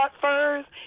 first